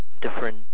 different